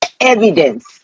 evidence